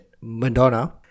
Madonna